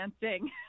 dancing